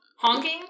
Honking